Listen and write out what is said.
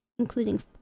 including